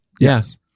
Yes